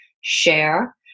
share